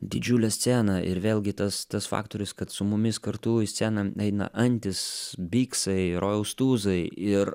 didžiulė scena ir vėlgi tas tas faktorius kad su mumis kartu į sceną eina antis biksai rojaus tūzai ir